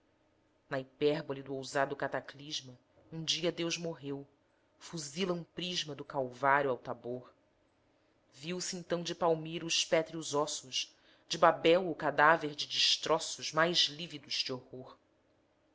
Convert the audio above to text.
na hipérbole do ousado cataclisma um dia deus morreu fuzila um prisma do calvário ao tabor viu-se então de palmira os pétreos ossos de babel o cadáver de destroços mais lívidos de horror